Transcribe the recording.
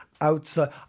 outside